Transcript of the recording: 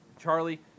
Charlie